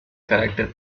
carácter